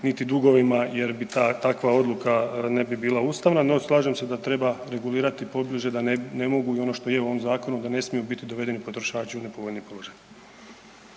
niti dugovima jer bi takva odluka ne bi bila ustavna, no slažem se da treba regulirati pobliže da ne mogu i ono što je u ovom zakonu, da ne smiju biti dovedeni potrošači u nepovoljni položaj.